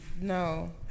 No